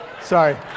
Sorry